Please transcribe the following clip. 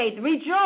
rejoice